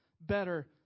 better